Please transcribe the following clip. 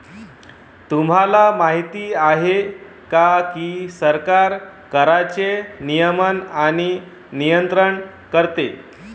तुम्हाला माहिती आहे का की सरकार कराचे नियमन आणि नियंत्रण करते